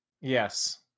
Yes